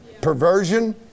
Perversion